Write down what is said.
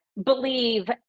believe